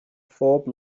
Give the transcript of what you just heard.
phob